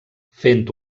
fent